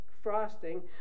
frosting